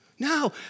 No